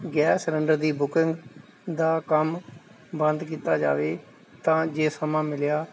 gas cylinder ਦੀ booking ਦਾ ਕੰਮ ਬੰਦ ਕੀਤਾ ਜਾਵੇ ਤਾਂ ਜੇ ਸਮਾਂ ਮਿਲਿਆ